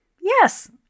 Yes